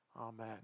Amen